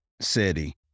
city